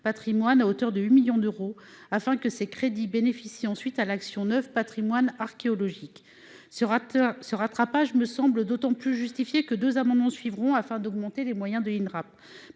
patrimoines à hauteur de 8 millions d'euros afin que ces crédits bénéficier ensuite à l'action neuf Patrimoine archéologique sera rate ce rattrapage me semble d'autant plus justifiée que 2 amendements suivront afin d'augmenter les moyens de l'Inrap